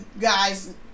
guys